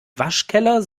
waschkeller